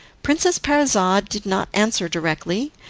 princess parizade did not answer directly,